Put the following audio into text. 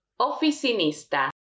Oficinista